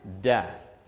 death